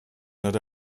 not